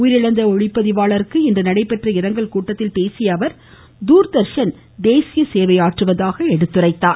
உயிரிழந்த ஒளிப்பதிவாளருக்கு இன்று நடைபெற்ற இரங்கல் கூட்டத்தில் பேசிய அவர் தூர்தர்ஷன் தேசிய சேவையாற்றுவதாக எடுத்துரைத்தார்